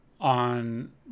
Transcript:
on